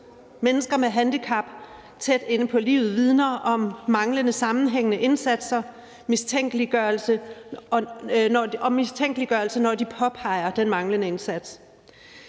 Mennesker med handicap tæt inde på livet vidner om manglende sammenhængende indsatser og mistænkeliggørelse, når de påpeger den manglende indsats.